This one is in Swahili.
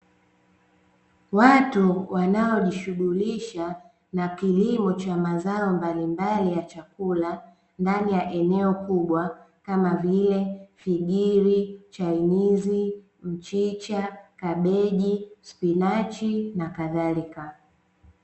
Watu wanaojishughulisha na kilimo cha mazao mbalimbali ya chakula ndani ya eneo kubwa kama vile figiri, chainizi, mchicha, kabeji, spinachi na kadhalika .